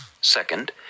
Second